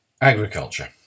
Agriculture